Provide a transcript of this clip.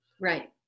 right